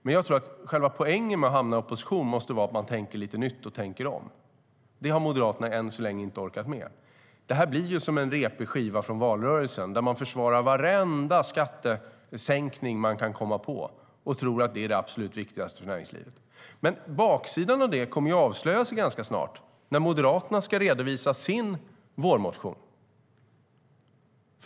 Men jag tror att själva poängen med att hamna i opposition måste vara att man tänker lite nytt och tänker om. Det har Moderaterna än så länge inte orkat med. Detta blir som en repig skiva från valrörelsen, där de försvarar varenda skattesänkning de kan komma på och tror att det är det absolut viktigaste för näringslivet. Men baksidan av det kommer att avslöjas ganska snart när Moderaterna ska redovisa sin vårmotion.